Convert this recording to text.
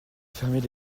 fermaient